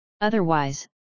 Otherwise